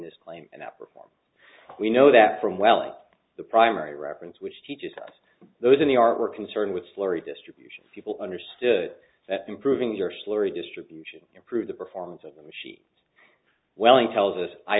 this plane and that before we know that from well the primary reference which teaches us those in the art were concerned with slurry distribution people understood that improving your slurry distribution improve the performance of the machine welling tells us i